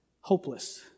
hopeless